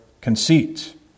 conceit